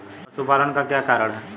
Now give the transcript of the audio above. पशुपालन का क्या कारण है?